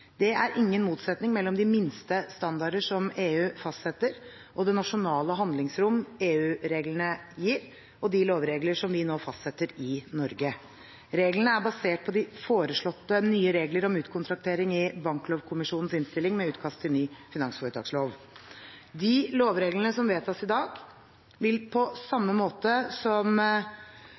Det er ingen motsetning mellom de minste standarder som EU fastsetter, det nasjonale handlingsrom EU-reglene gir, og de lovregler som vi nå fastsetter i Norge. Reglene er basert på foreslåtte nye regler om utkontraktering i Banklovkommisjonens innstilling med utkast til ny finansforetakslov. De lovreglene som vedtas i dag, vil, på samme måte som